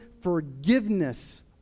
forgiveness